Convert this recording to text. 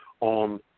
on